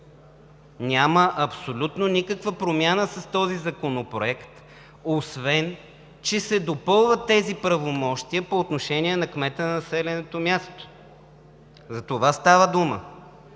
Няма абсолютно никаква промяна с този законопроект, освен че се допълват тези правомощия по отношение на кмета на населеното място. За това става дума.